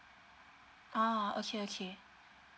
ah okay okay